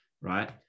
right